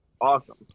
awesome